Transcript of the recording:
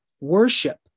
Worship